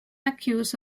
accused